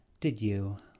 did you?